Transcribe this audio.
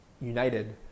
united